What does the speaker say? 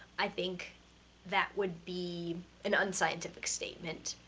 i think that would be an unscientific statement.